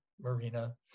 Marina